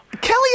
kelly